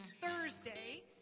Thursday